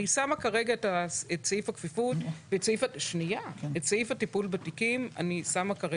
אני שמה כרגע את סעיף הכפיפות ואת סעיף הטיפול בתיקים בצד.